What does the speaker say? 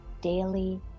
daily